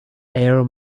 air